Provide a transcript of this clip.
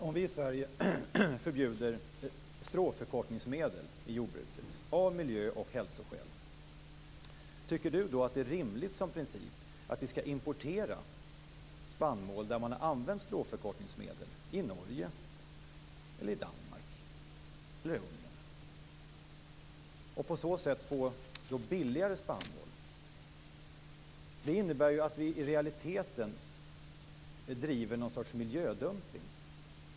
Om vi i Sverige förbjuder stråförkortningsmedel i jordbruket av miljö och hälsoskäl, tycker statsrådet då att det är rimligt som princip att vi skall importera spannmål från länder där man har använt stråförkortningsmedel - i Norge, Danmark eller Ungern - och på så sätt få billigare spannmål? Det innebär ju att vi i realiteten driver något slags miljödumpning.